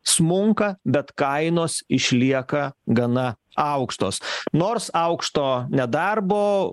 smunka bet kainos išlieka gana aukštos nors aukšto nedarbo